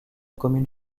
commune